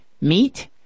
meat